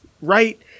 right